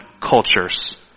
cultures